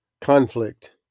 Conflict